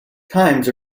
times